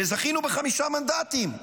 זכינו בחמישה מנדטים.